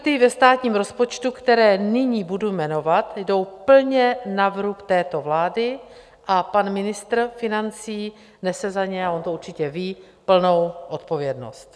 Škrty ve státním rozpočtu, které nyní budu jmenovat, jdou plně na vrub této vlády a pan ministr financí nese za ně a on to určitě ví plnou odpovědnost.